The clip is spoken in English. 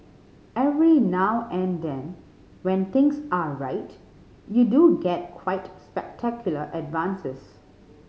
every now and then when things are right you do get quite spectacular advances